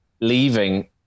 leaving